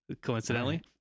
coincidentally